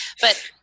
But-